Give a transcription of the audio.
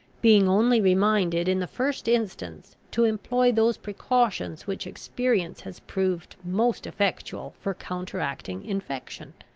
being only reminded in the first instance to employ those precautions which experience has proved most effectual for counteracting infection.